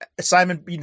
Simon